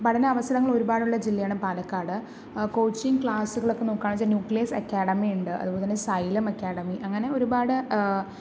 പഠന അവസരങ്ങൾ ഒരുപാടുള്ള ജില്ലയാണ് പാലക്കാട് കോച്ചിംഗ് ക്ലാസുകൾ ഒക്കെ നോക്കുകയാണെന്നു വച്ചാൽ നൂക്ലിയസ് അക്കാദമി ഉണ്ട് അതുപോലെതന്നെ സൈലം അക്കാദമി അങ്ങനെ ഒരുപാട്